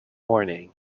morning